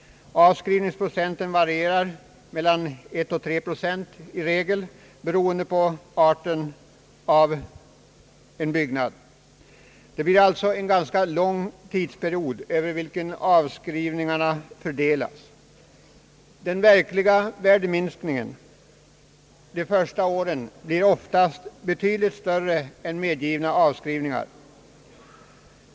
Avskrivningsprocenten varierar i regel mellan en och tre procent beroende på arten av byggnaden. Det blir alltså en ganska lång period över vilken avskrivningarna fördelas. Den verkliga värdeminskningen de första åren blir oftast betydligt större än medgivna av skrivningar.